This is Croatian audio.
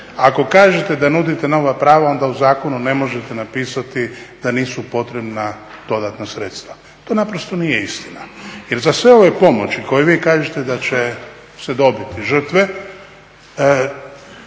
Ako kažete da nudite nova prava onda u zakonu ne možete napisati da nisu potrebna dodatna sredstva. To naprosto nije istina, jer za sve ove pomoći koje vi kažete da će dobiti žrtve